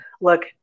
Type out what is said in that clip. look